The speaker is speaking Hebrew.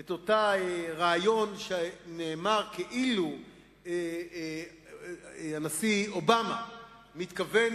את הריאיון שנאמר בו כאילו הנשיא אובמה מתכוון